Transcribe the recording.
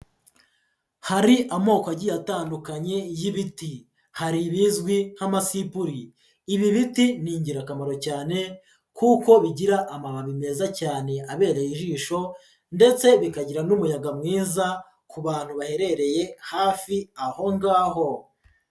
Hari amoko agiye atandukanye y'ibiti, hari ibizwi nk'amasipuri, ibi biti ni ingirakamaro cyane kuko bigira amababi meza cyane abereye ijisho ndetse bikagira n'umuyaga mwiza ku bantu baherereye hafi aho ngaho.